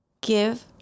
Give